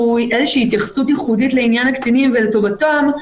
איזושהי התייחסות ייחודית לעניין הקטינים ולטובתם,